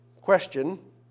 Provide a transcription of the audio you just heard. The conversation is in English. Question